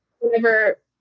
Whenever